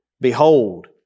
Behold